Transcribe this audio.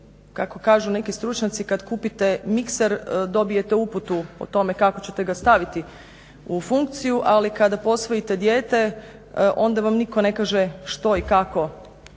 kako kažu neki stručnjaci, kad kupite mikser dobijete uputu o tome kako ćete ga staviti u funkciju, ali kada posvojite dijete, onda vam nitko ne kaže što i kako